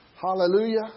Hallelujah